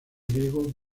griego